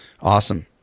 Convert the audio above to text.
Awesome